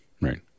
Right